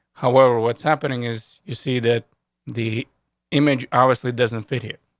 however, what's happening is you see that the image obviously doesn't fit here.